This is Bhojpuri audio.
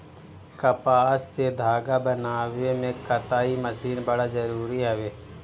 कपास से धागा बनावे में कताई मशीन बड़ा जरूरी हवे